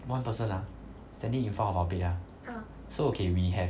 one person ah standing in front of our bed ah so okay we have